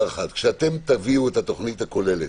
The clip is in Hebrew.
כשתביאו את התוכנית הכוללת,